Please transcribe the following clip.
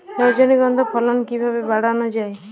রজনীগন্ধা ফলন কিভাবে বাড়ানো যায়?